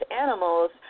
animals